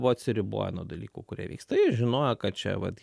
buvo atsiriboję nuo dalykų kurie vyksta jie žinojo kad čia vat